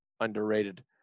underrated